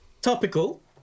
Topical